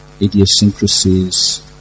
idiosyncrasies